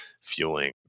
fueling